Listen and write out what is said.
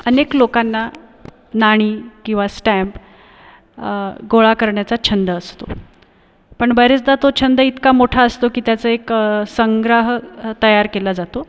अनेक लोकांना नाणी किवा स्टॅम्प गोळा करण्याचा छंद असतो पण बरेचदा तो छंद इतका मोठा असतो की त्याचे एक संग्रह तयार केला जातो